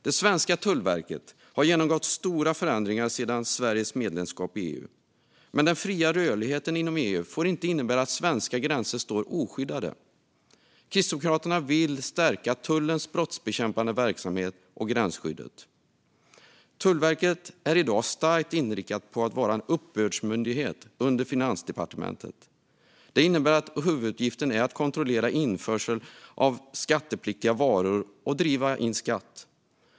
Det svenska tullverket har genomgått stora förändringar sedan Sveriges medlemskap i EU. Men den fria rörligheten inom EU får inte innebära att svenska gränser står oskyddade. Kristdemokraterna vill stärka tullens brottsbekämpande verksamhet och gränsskyddet. Tullverket är i dag starkt inriktat på att vara en uppbördsmyndighet under Finansdepartementet. Det innebär att huvuduppgiften är att kontrollera införsel av skattepliktiga varor och driva in skatt.